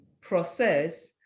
process